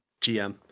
GM